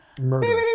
murder